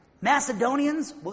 Macedonians